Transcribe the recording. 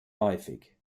häufig